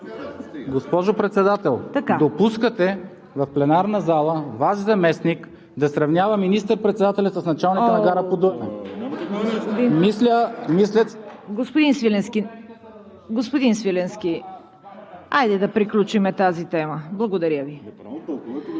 Господин Свиленски, нека да приключим тази тема! Благодаря Ви.